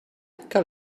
que